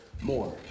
more